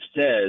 says